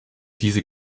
diese